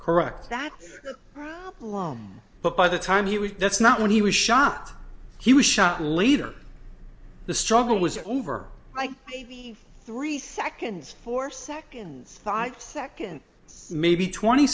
correct that loam but by the time he was that's not when he was shot he was shot later the struggle was over like maybe three seconds four seconds five seconds maybe twenty